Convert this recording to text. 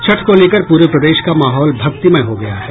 छठ को लेकर पूरे प्रदेश का माहौल भक्तिमय हो गया है